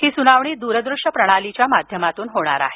ही सुनावणी दूर दृश्य प्रणालीच्या माध्यमातून होणार आहे